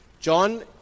John